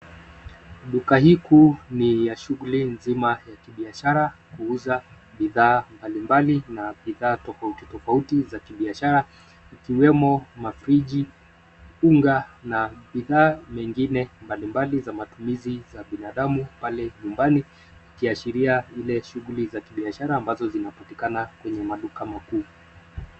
Duka hii kuu ni ya shughuli zima ya kibiashara kuuza bidhaa mbalimbali na bidhaa tofauti tofauti za kibiashara ikiwemo mafriji, unga na bidhaa mengine mbalimbali za matumizi za binadamu pale nyumbani ikiashiria ile shughuli za kibiashara ambazo zinapatikana kwenye maduka makuu.